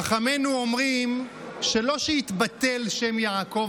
חכמינו אומרים: לא שיתבטל שם יעקב,